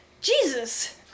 Jesus